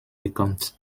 bekannt